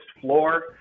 floor